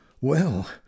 Well